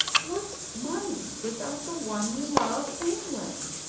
what's money without the one you love, anyway?